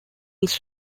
his